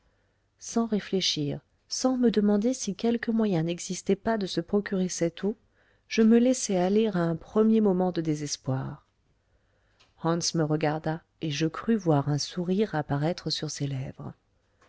sans réfléchir sans me demander si quelque moyen n'existait pas de se procurer cette eau je me laissai aller à un premier moment de désespoir hans me regarda et je crus voir un sourire apparaître sur ses lèvres